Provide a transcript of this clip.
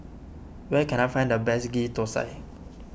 where can I find the best Ghee Thosai